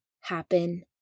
happen